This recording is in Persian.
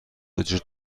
وجود